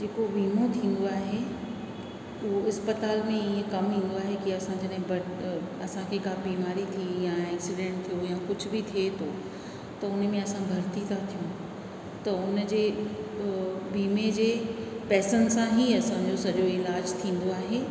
जेको विमो थींदो आहे उहो इस्पतालि में इअं कमु ईंदो आहे की असां जॾहिं असांखे का बीमारी थी या एक्सीडैंट थी वियो या कुझु बि थिए थो त हुन में असां भर्ती था थियूं त हुनजे विमे जे पैसनि सां ई असांजो सॼो इलाजु थींदो आहे